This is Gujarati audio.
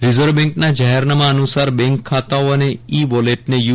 રીઝર્વ બેન્કના જાહેરનામા અનુસાર બેન્ક ખાતાઓ અને ઇ વોલેટને યુ